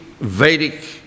Vedic